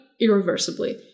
irreversibly